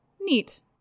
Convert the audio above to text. Neat